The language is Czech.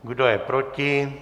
Kdo je proti?